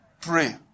Pray